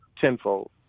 tenfold